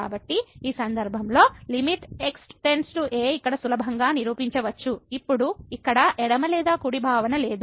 కాబట్టి ఈ సందర్భం లో లిమిట్ x → a ఇక్కడ సులభంగా నిరూపించవచ్చు ఇప్పుడు ఇక్కడ ఎడమ లేదా కుడి భావన లేదు